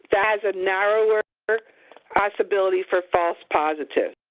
that has a narrower possibility for false positives.